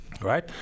Right